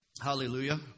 hallelujah